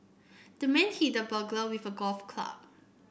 the man hit the burglar with a golf club